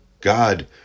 God